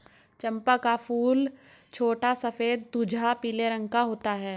चंपा का फूल छोटा सफेद तुझा पीले रंग का होता है